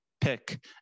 pick